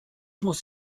muss